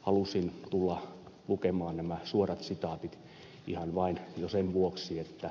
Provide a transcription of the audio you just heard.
halusin tulla lukemaan nämä suorat sitaatit ihan vain jo sen vuoksi että